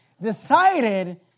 decided